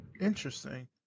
Interesting